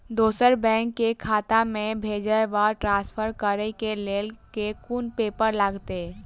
दोसर बैंक केँ खाता मे भेजय वा ट्रान्सफर करै केँ लेल केँ कुन पेपर लागतै?